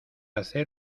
hacer